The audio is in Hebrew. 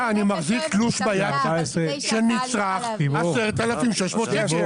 סליחה, אני מחזיק ביד תלוש של נצרך 10,600 ₪.